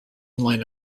line